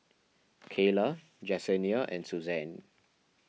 Cayla Jessenia and Suzan